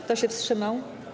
Kto się wstrzymał?